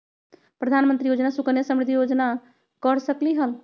प्रधानमंत्री योजना सुकन्या समृद्धि योजना कर सकलीहल?